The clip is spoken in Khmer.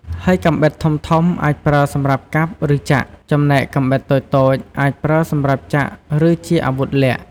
ហើយកាំបិតធំៗអាចប្រើសម្រាប់កាប់ ឬចាក់ ចំណែកកាំបិតតូចៗអាចប្រើសម្រាប់ចាក់ ឬជាអាវុធលាក់។